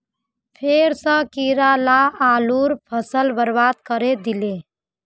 फेर स कीरा ला आलूर फसल बर्बाद करे दिले